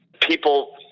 people